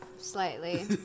Slightly